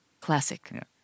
classic